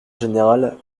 générale